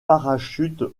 parachute